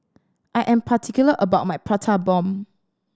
I am particular about my Prata Bomb